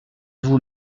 vous